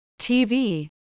TV